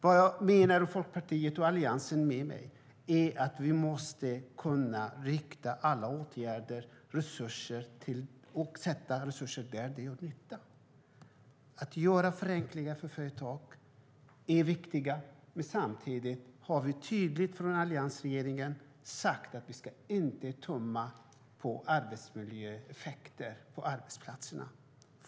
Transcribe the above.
Vad jag, och Folkpartiet och Alliansen med mig, menar är att vi måste kunna sätta alla åtgärder och resurser där de gör nytta. Att göra förenklingar för företag är viktigt, men samtidigt har alliansregeringen tydligt sagt att vi inte ska tumma på arbetsmiljöeffekterna på arbetsplatserna.